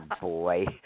boy